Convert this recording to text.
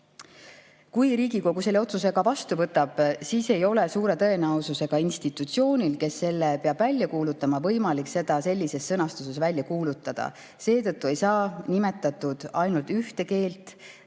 Kui Riigikogu selle otsuse vastu võtab, siis ei ole suure tõenäosusega institutsioonil, kes selle peab välja kuulutama, võimalik seda sellises sõnastuses välja kuulutada. Ei saa nimetada ainult ühte keelt,